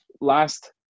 last